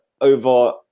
over